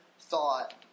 thought